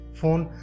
phone